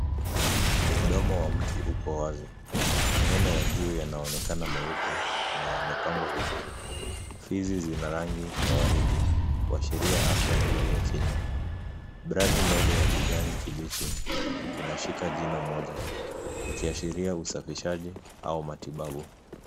Mdomo wa mtu uko wazi. Meno ya juu yanaonekana meupe na yamepangwa vizuri. Fizi zina rangi ya waridi kuashiria afya nzuri ya kinywa. Brashi ndogo ya kijani kibichi inashika jino moja ikiashiria usafishaji au matibabu.